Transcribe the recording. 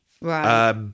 Right